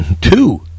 two